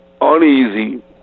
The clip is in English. uneasy